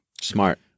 Smart